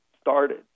started